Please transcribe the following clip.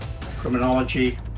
criminology